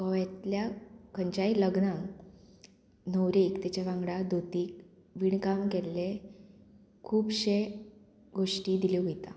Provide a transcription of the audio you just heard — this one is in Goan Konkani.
गोंव्यातल्या खंयच्याय लग्नांक न्हवरेक तेच्या वांगडा धोतीक विणकाम केल्ले खुबशे गोश्टी दिल्यो वयता